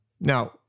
Now